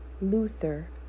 Luther